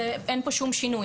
אין פה שום שינוי.